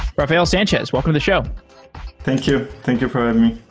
rafael sanches, welcome to the show thank you. thank you for um